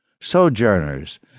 sojourners